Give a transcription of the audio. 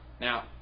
Now